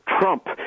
Trump